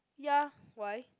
ya why